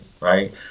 right